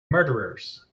murderers